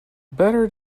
better